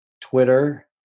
Twitter